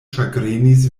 ĉagrenis